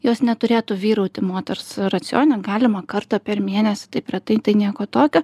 jos neturėtų vyrauti moters racione galima kartą per mėnesį taip retai tai nieko tokio